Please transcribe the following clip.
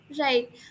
Right